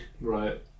Right